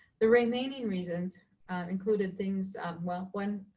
the remaining reasons included things well, one,